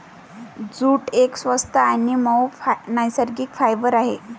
jute एक स्वस्त आणि मऊ नैसर्गिक फायबर आहे